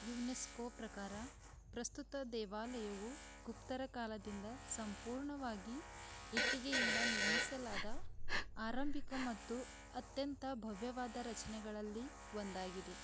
UNESCO ಪ್ರಕಾರ ಪ್ರಸ್ತುತ ದೇವಾಲಯವು ಗುಪ್ತರ ಕಾಲದಿಂದ ಸಂಪೂರ್ಣವಾಗಿ ಇಟ್ಟಿಗೆಯಿಂದ ನಿರ್ಮಿಸಲಾದ ಆರಂಭಿಕ ಮತ್ತು ಅತ್ಯಂತ ಭವ್ಯವಾದ ರಚನೆಗಳಲ್ಲಿ ಒಂದಾಗಿದೆ